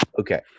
okay